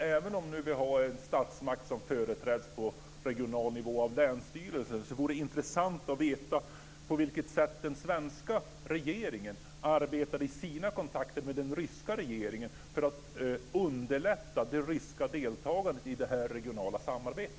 Även om vi nu har en statsmakt som företräds på regional nivå av länsstyrelsen vore det intressant att veta på vilket sätt den svenska regeringen arbetar i sina kontakter med den ryska regeringen för att underlätta det ryska deltagandet i detta regionala samarbete.